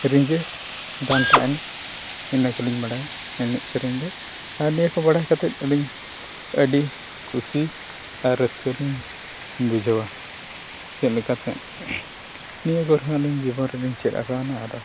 ᱨᱤᱡᱟᱹ ᱰᱟᱱᱴᱟ ᱮᱱᱮᱡ ᱤᱱᱟᱹ ᱠᱚᱞᱤᱧ ᱵᱟᱲᱟᱭᱟ ᱮᱱᱮᱡ ᱥᱮᱨᱮᱧ ᱫᱚ ᱟᱨ ᱱᱤᱭᱟᱹ ᱵᱟᱲᱟᱭ ᱠᱟᱛᱮᱫ ᱟᱹᱞᱤᱧ ᱟᱹᱰᱤ ᱠᱩᱥᱤ ᱟᱨ ᱨᱟᱹᱥᱠᱟᱹ ᱞᱤᱧ ᱵᱩᱡᱷᱟᱹᱣᱟ ᱪᱮᱫ ᱞᱮᱠᱟᱛᱮ ᱱᱤᱭᱟᱹ ᱠᱚ ᱨᱮ ᱦᱚᱸ ᱟᱹᱞᱤᱧ ᱡᱤᱵᱚᱱ ᱨᱮᱞᱤᱧ ᱪᱮᱫ ᱠᱟᱣᱱᱟ ᱟᱫᱚ